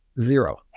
zero